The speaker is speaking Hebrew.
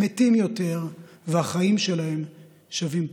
הם מתים יותר והחיים שלהם שווים פחות.